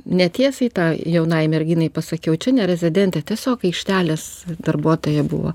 ne tiesiai tą jaunai merginai pasakiau čia ne rezidentė tiesiog aikštelės darbuotoja buvo